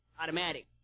automatic